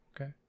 okay